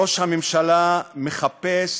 ראש הממשלה מחפש,